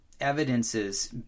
evidences